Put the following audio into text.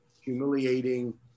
humiliating